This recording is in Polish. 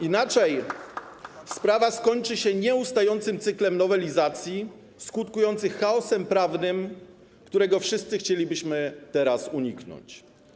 Inaczej sprawa skończy się nieustającym cyklem nowelizacji skutkujących chaosem prawnym, którego wszyscy chcielibyśmy teraz uniknąć.